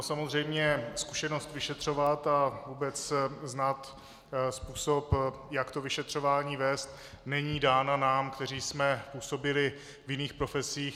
Samozřejmě zkušenost vyšetřovat a vůbec znát způsob, jak vyšetřování vést, není dána nám, kteří jsme působili v jiných profesích.